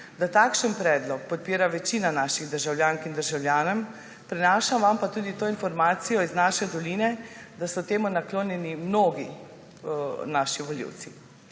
da takšen predlog podpira večina naših državljank in državljanom. Prinašam vam pa tudi to informacijo iz naše doline, da so temu naklonjeni mnogi naši volivci.